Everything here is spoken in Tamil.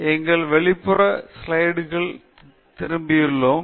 நாங்கள் எங்கள் வெளிப்புற ஸ்லைடுக்கு திரும்பியுள்ளோம்